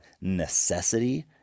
necessity